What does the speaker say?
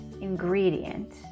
ingredient